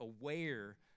aware